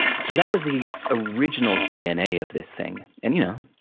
so that was the original dna of this thing, and you know,